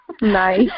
nice